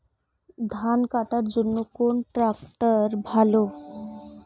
ধান কাটার জন্য কোন ট্রাক্টর ভালো?